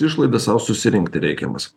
išlaidas sau susirinkti reikiamas